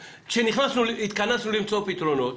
כשהתכנסנו למצוא פתרונות,